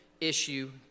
issue